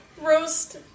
Roast